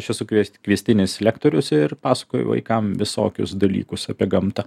aš esu sukvies kviestinis lektorius ir pasakoju vaikam visokius dalykus apie gamtą